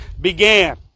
began